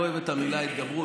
אני לא אוהב את המילה "התגברות".